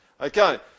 Okay